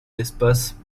d’espaces